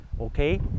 okay